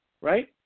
Right